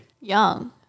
Young